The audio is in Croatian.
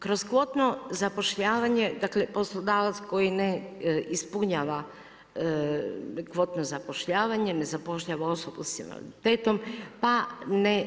Kroz kvotno zapošljavanje, dakle poslodavac koji ne ispunjava kvotno zapošljavanje, ne zapošljava osobu za invaliditetom pa ne